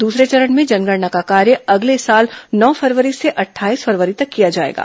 दूसरे चरण में जनगणना का कार्य अगले साल नौ फरवरी से अट्ठाईस फरवरी तक किया जाएगा